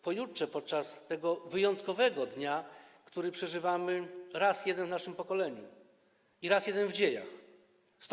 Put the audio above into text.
Pojutrze, podczas tego wyjątkowego dnia, który przeżywamy raz jeden w naszym pokoleniu i raz jeden w dziejach - 100.